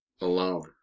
Alone